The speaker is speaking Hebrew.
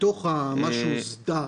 מתוך מה שהוסדר.